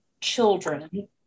children